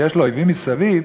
שיש לה אויבים מסביב,